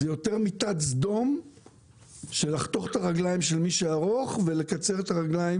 זה יותר מיטת סדום של לחתוך את הרגליים של מי שארוך ולמתוח את הרגליים